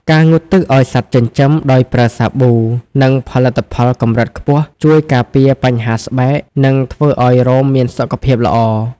ការងូតទឹកឱ្យសត្វចិញ្ចឹមដោយប្រើសាប៊ូ និងផលិតផលកម្រិតខ្ពស់ ជួយការពារបញ្ហាស្បែក និងធ្វើឱ្យរោមមានសុខភាពល្អ។